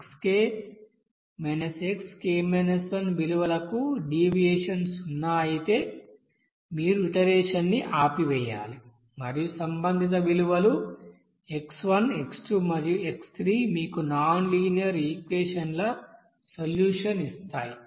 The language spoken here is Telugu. x xk - 1విలువలకు డీవియేషన్ సున్నా అయితే మీరు ఇటరేషన్ న్ని ఆపివేయాలి మరియు సంబంధిత విలువలు x x మరియు x మీకు నాన్ లీనియర్ ఈక్వెషన్ల సొల్యూషన్ ఇస్తాయి